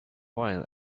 while